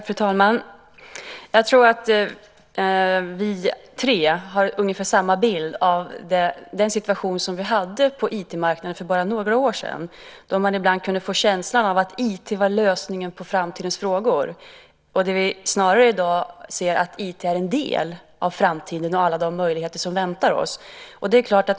Fru talman! Jag tror att vi tre har ungefär samma bild av den situation vi hade på IT-marknaden för bara några år sedan då man ibland kunde få känslan av att IT var lösningen på framtidens frågor. I dag ser vi att IT snarare är en del av framtiden och alla de möjligheter som väntar oss.